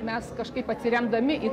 mes kažkaip atsiremdami į